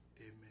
Amen